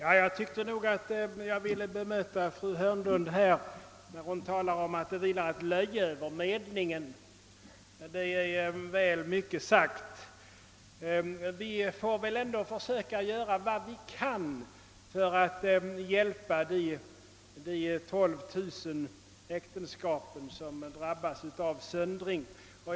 Herr talman! Jag vill bemöta fru Hörnlund, eftersom hon talade om att »det vilar ett löje över medlingen». Detta är väl mycket sagt, ty vi måste ju på alla sätt — också med medling — försöka göra vad vi kan för att hjälpa de 12 000 äktenskap som drabbas av söndring.